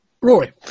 Roy